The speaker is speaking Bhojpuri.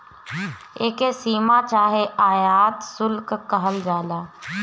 एके सीमा चाहे आयात शुल्क कहल जाला